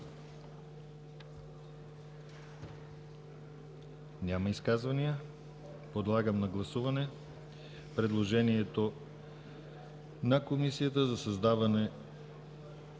Няма изказвания. Подлагам на гласуване предложението на Комисията за създаване